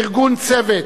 ארגון "צוות"